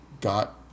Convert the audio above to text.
got